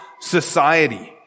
society